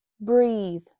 breathe